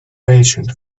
patient